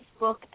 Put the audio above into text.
Facebook